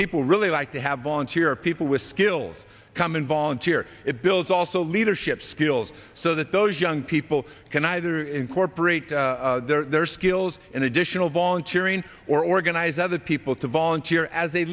people really like to have volunteer people with skills come in volunteer it builds also leadership skills so that those young people can either incorporate their skills in additional volunteering or organize other people to volunteer as they